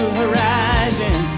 horizon